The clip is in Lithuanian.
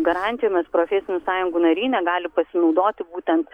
garantijomis profesinių sąjungų nariai negali pasinaudoti būtent